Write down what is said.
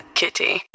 kitty